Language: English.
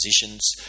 positions